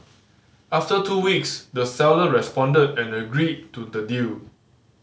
after two weeks the seller responded and agreed to the deal